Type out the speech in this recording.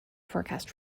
forecast